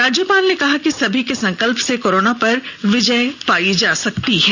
राज्यपाल ने कहा कि सभी के संकल्प से कोरोना पर विजय पायी जा सकती है